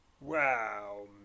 Wow